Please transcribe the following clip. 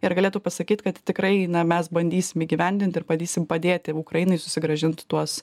ir galėtų pasakyt kad tikrai na mes bandysim įgyvendinti ir bandysim padėti ukrainai susigrąžinti tuos